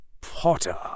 Potter